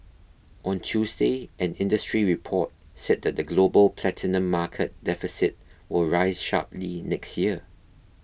on Tuesday an industry report said the global platinum market deficit will rise sharply next year